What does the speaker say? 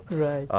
right.